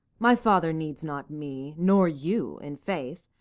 my father needs not me, nor you, in faith,